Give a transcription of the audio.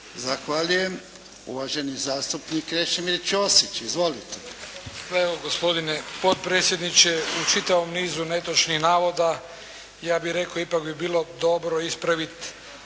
Zahvaljujem. Uvaženi zastupnik Krešimir Ćosić. Izvolite.